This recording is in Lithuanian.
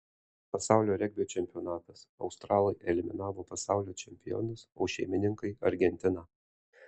pasaulio regbio čempionatas australai eliminavo pasaulio čempionus o šeimininkai argentiną